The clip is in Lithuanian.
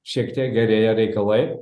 šiek tiek gerėja reikalai